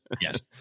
Yes